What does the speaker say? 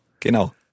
Genau